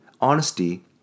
Honesty